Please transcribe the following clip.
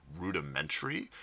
rudimentary